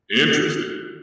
Interesting